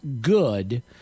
good